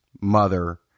mother